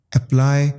apply